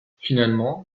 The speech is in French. finalement